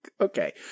Okay